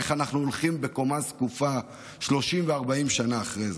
איך אנחנו הולכים בקומה זקופה 30 ו-40 שנה אחרי זה.